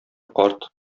карт